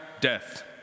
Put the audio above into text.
death